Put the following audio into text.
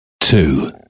two